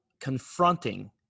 confronting